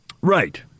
Right